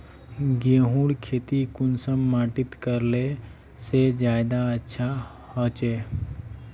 गेहूँर खेती कुंसम माटित करले से ज्यादा अच्छा हाचे?